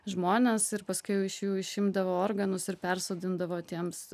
žmonės ir paskiau iš jų išimdavo organus ir persodindavo tiems